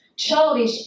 childish